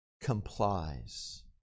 complies